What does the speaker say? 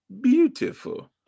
beautiful